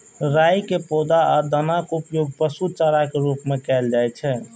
राइ के पौधा आ दानाक उपयोग पशु चारा के रूप मे कैल जाइ छै